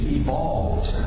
evolved